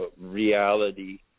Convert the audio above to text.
reality